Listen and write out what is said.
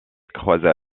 croisa